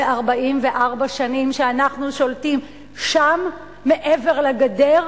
44 שנים שאנחנו שולטים שם מעבר לגדר.